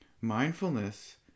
Mindfulness